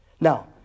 Now